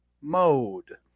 Mode